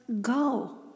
Go